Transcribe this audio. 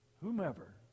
Whomever